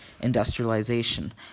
industrialization